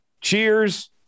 Cheers